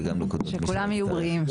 שכולם יהיו בריאים.